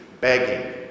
begging